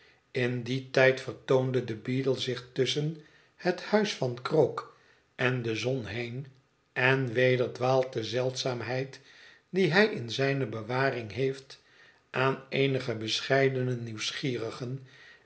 in dien tijd vertoonde de beadle zich tusschen het huis van krook en de zon heen en weder dwaalt de zeldzaamheid die hij in zijne bewaring heeft aan eenige bescheidene nieuwsgierigen